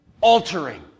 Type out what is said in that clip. altering